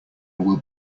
will